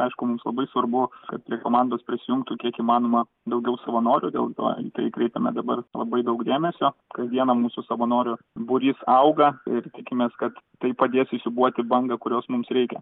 aišku mums labai svarbu kad prie komandos prisijungtų kiek įmanoma daugiau savanorių dėl to į tai kreipiame dabar labai daug dėmesio kasdieną mūsų savanorių būrys auga ir tikimės kad tai padės įsiūbuoti bangą kurios mums reikia